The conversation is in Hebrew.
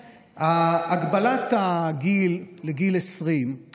הגבלת הגיל לגיל 20 לא מובנת.